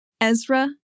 Ezra